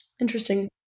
Interesting